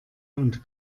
und